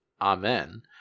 Amen